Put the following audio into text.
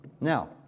Now